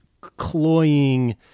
cloying